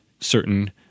certain